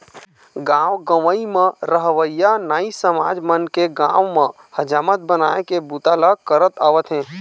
गाँव गंवई म रहवइया नाई समाज मन के गाँव म हजामत बनाए के बूता ल करत आवत हे